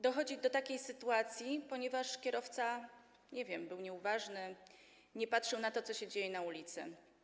Doszło do takiej sytuacji, ponieważ kierowca, nie wiem, był nieuważny, nie patrzył na to, co się działo na ulicy.